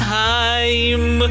time